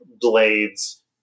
blades